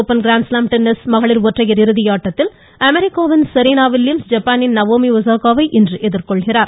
open grand slam tennis மகளிர் ஒற்றையர் இறுதி ஆட்டத்தில் அமெரிக்காவின் சொீனா வில்லியம்ஸ் ஜப்பானின் நவோமி ஒசாகாவை இன்று எதிர்கொள்கிறார்